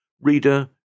Reader